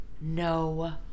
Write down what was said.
No